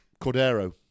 Cordero